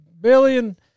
billion